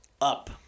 up